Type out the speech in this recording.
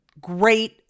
great